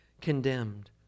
condemned